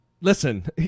listen